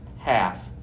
half